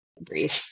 breathe